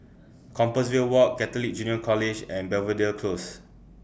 Compassvale Walk Catholic Junior College and Belvedere Close